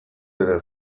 eta